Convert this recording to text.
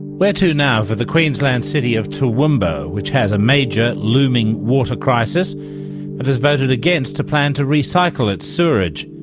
where to now for the queensland city of toowoomba, which has a major looming water crisis but has voted against a plan to recycle its sewerage.